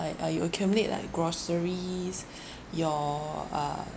I I you accumulate like groceries your uh